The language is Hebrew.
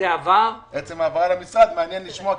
עצם ההעברה למשרד, מעניין לשמוע.